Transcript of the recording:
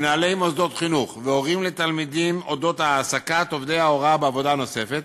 על אודות העסקת עובדי ההוראה בעבודה נוספת,